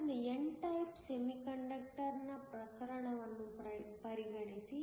ಆದ್ದರಿಂದ n type ಸೆಮಿಕಂಡಕ್ಟರ್ನ ಪ್ರಕರಣವನ್ನು ಪರಿಗಣಿಸಿ